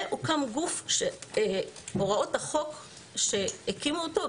והוקם גוף שהוראות החוק שהקימו אותו,